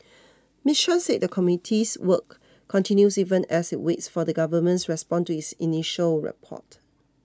Miss Chan said the committee's work continues even as it waits for the Government's response to its initial report